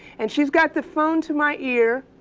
and she's got the phone to my ear,